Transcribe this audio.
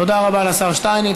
תודה רבה לשר שטייניץ.